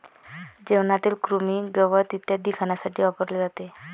जेवणातील कृमी, गवत इत्यादी खाण्यासाठी वापरले जाते